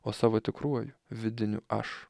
o savo tikruoju vidiniu aš